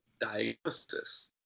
diagnosis